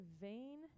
vain